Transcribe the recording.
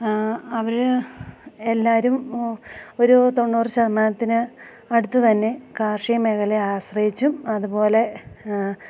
അവർ എല്ലാവരും ഒരു തൊണ്ണൂറ് ശതമാനത്തിന് അടുത്തു തന്നെ കാർഷിക മേഖലയെ ആശ്രയിച്ചും അതു പോലെ